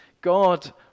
God